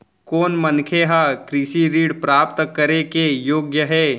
कोन मनखे ह कृषि ऋण प्राप्त करे के योग्य हे?